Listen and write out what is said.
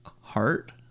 heart